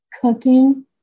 Cooking